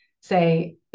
say